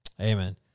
Amen